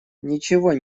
ничего